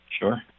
Sure